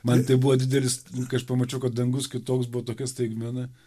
man tai buvo didelis kai aš pamačiau kad dangus kitoks buvo tokia staigmena